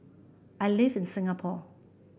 I live in Singapore